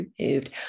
removed